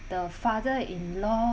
the father in law